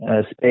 space